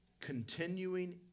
Continuing